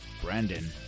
Brandon